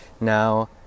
Now